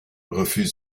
refuse